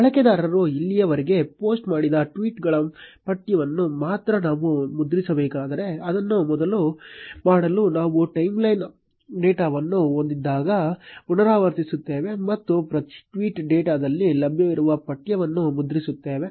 ಬಳಕೆದಾರರು ಇಲ್ಲಿಯವರೆಗೆ ಪೋಸ್ಟ್ ಮಾಡಿದ ಟ್ವೀಟ್ ಗಳ ಪಠ್ಯವನ್ನು ಮಾತ್ರ ನಾವು ಮುದ್ರಿಸಬೇಕಾದರೆ ಅದನ್ನು ಮಾಡಲು ನಾವು ಟೈಮ್ಲೈನ್ ಡೇಟಾವನ್ನು ಒಂದೊಂದಾಗಿ ಪುನರಾವರ್ತಿಸುತ್ತೇವೆ ಮತ್ತು ಪ್ರತಿ ಟ್ವೀಟ್ ಡೇಟಾದಲ್ಲಿ ಲಭ್ಯವಿರುವ ಪಠ್ಯವನ್ನು ಮುದ್ರಿಸುತ್ತೇವೆ